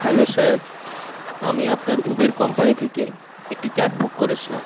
hello sir আমি আপনার Uber company থেকে একটি ক্যাব বুক করেছিলাম